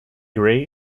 gray